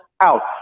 out